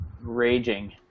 Raging